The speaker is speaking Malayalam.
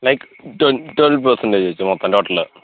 ലൈക് ട്വൽ ട്വൽ പേർസന്റേജ് വെച്ച് മൊത്തം ടോട്ടല്